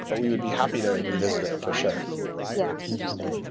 but we would be happy to revisit it for sure yeah, interesting.